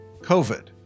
COVID